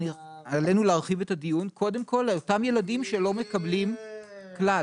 עלינו להרחיב את הדיון קודם כל על אותם ילדים שלא מקבלים כלל